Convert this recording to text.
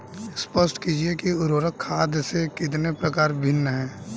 स्पष्ट कीजिए कि उर्वरक खाद से किस प्रकार भिन्न है?